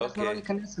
לא ניכנס לשם,